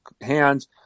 hands